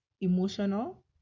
emotional